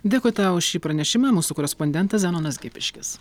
dėkui tau už šį pranešime mūsų korespondentas zenonas gipiškis